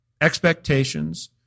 expectations